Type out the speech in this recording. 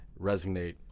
resonate